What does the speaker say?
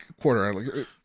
quarter